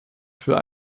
für